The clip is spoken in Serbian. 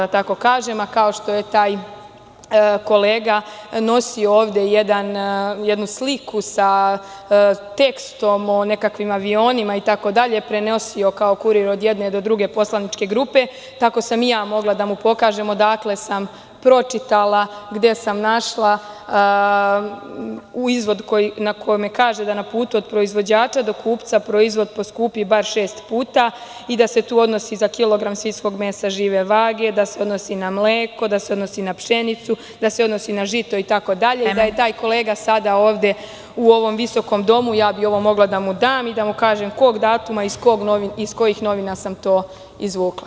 Kao što je taj kolega nosio ovde jednu sliku sa tekstom o nekakvim avionima itd, prenosio, kao kurir, od jedne do druge poslaničke grupe, tako sam i ja mogla da mu pokažem odakle sam pročitala, gde sam našla izvod na kome kaže da na putu od proizvođača do kupca proizvod poskupi bar šest puta i da se to odnosi za kilogram svinjskog mesa žive vage, da se odnosi na mleko, da se odnosi na pšenicu, da se odnosi na žito itd. (Predsedavajuća: Vreme.) Da je taj kolega sada ovde u ovom visokom domu, ja bih ovo mogla da mu dam i da mu kažem kog datuma i iz kojih novina sam to izvukla.